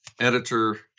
editor